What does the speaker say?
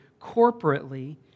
corporately